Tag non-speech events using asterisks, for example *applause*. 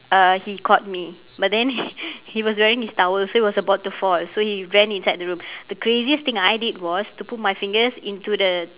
uh he caught me but then *laughs* he was wearing his towel so it was about to fall so he ran inside the room the craziest thing I did was to put my fingers into the